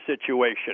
situation